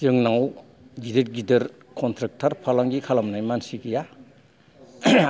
जोंनाव गिदिर गिदिर कन्ट्रेक्टार फालांगि खालामनाय मानसि गैया